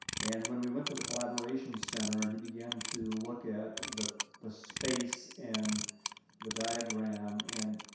and when we went to the collaboration center and he began to look at the the space and the diagram and,